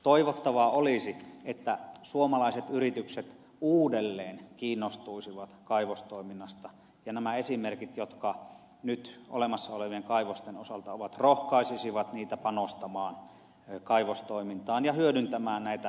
toivottavaa olisi että suomalaiset yritykset uudelleen kiinnostuisivat kaivostoiminnasta ja nämä esimerkit jotka nyt olemassa olevien kaivosten osalta ovat rohkaisisivat niitä panostamaan kaivostoimintaan ja hyödyntämään näitä malmioita itse